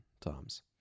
times